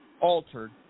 altered